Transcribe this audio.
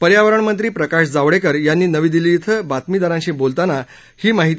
पर्यावरण मंत्री प्रकाश जावडेकर यांनी नवी दिल्ली इथं बातमीदारांशी बोलताना ही माहिती